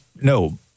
no